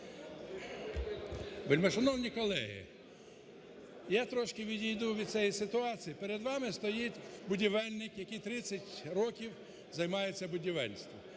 Вельмишановні колеги, я трошки відійду від цієї ситуації. Перед вами стоїть будівельник, який 30 років займається будівництвом,